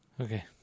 Okay